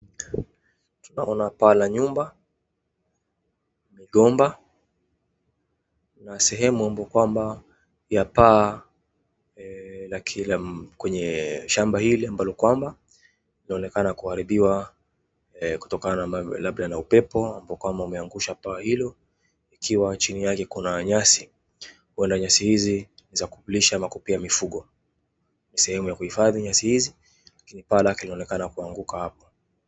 Naona paa la nyumba, migomba na sehemu ya paa kwenye shamba hili, ambalo kwamba linaonekana kuaribiwa kutokana labda na upepo, ambapo umeangusha paa hilo, ikiwa chini yake kuna nyasi. Wala nyasi hizi ni za kulisha makopo ya mifugo. Ni sehemu ya kuhifadhi nyasi hizi lakini paa lake linaonekana kuanguka hapo.